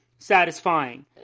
satisfying